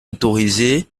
autorisé